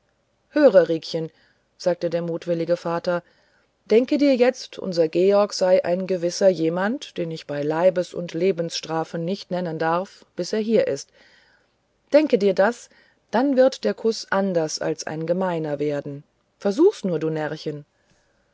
höre riekchen sagte der mutwillige vater denke dir jetzt unser georg sei nun ein gewisser jemand den ich bei leibes und lebensstrafe nicht nennen darf bis er hier ist denke dir das dann wird der kuß anders als ein gemeiner werden versuch's nur du